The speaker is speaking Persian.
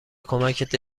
کمکت